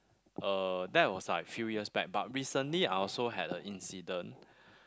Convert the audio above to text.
uh that was like few years back but recently I also had a incident